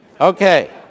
Okay